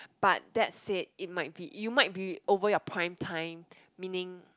but that said it might be you might be over your prime time meaning